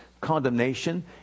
condemnation